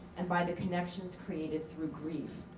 and by the connections created through grief.